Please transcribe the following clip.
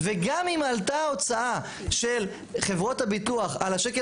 וגם אם עלתה ההוצאה של חברות הביטוח על השקל